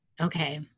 Okay